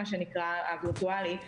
מה שנקרא הווירטואלי,